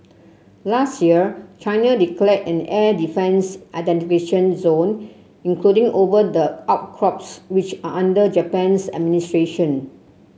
last year China declared an air defence identification zone including over the outcrops which are under Japan's administration